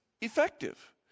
effective